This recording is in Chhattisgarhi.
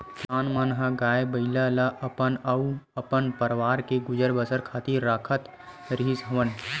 किसान मन ह गाय, बइला ल अपन अउ अपन परवार के गुजर बसर खातिर राखत रिहिस हवन